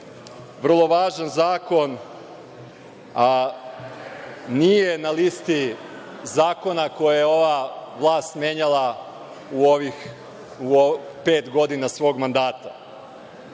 vrlo važan zakon, a nije na listi zakona koje je ova vlast menjala u ovih pet godina svog mandata. Na